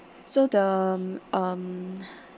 so the um